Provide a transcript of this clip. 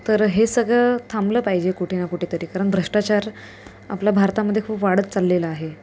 तर हे सगळं थांबलं पाहिजे कुठे ना कुठेतरी कारण भ्रष्टाचार आपला भारतामध्ये खूप वाढत चाललेला आहे